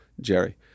jerry